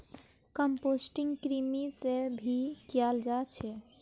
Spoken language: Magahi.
कम्पोस्टिंग कृमि से भी कियाल जा छे